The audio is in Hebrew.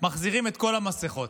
מחזירים את כל המסכות.